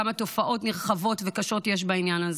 כמה תופעות נרחבות וקשות יש בעניין הזה.